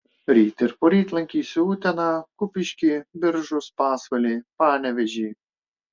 rytoj ir poryt lankysiu uteną kupiškį biržus pasvalį panevėžį